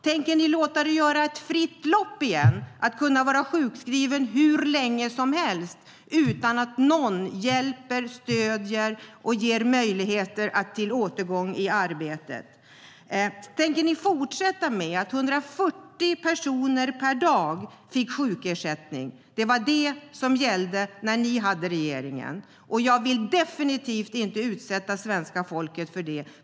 Tänker ni låta det vara ett fritt lopp igen? Ska man kunna vara sjukskriven hur länge som helst utan att någon hjälper, stöder och ger möjligheter till återgång i arbete? Tänker ni fortsätta med att 140 personer per dag får sjukersättning? Det var det som gällde när ni satt i regeringen. Jag vill definitivt inte utsätta svenska folket för det.